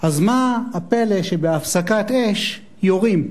אז מה הפלא שבהפסקת אש יורים?